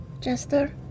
Jester